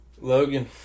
Logan